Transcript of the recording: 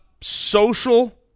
social